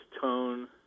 tone